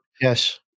Yes